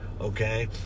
okay